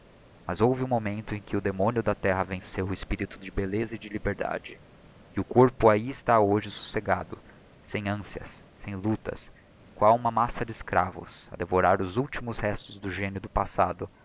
mas houve um momento em que o demónio da terra aenceu o espirito de belleza e de liberdade e o corpo ahi está hoje socegado sem anciãs sem luctas qual uma massa de escravos a devorar os últimos restos do génio do passado